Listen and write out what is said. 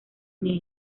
new